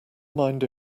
mind